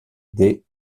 des